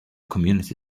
community